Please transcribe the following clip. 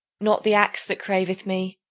not the axe that craveth me,